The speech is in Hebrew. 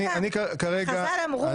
חז"ל אמרו,